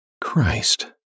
Christ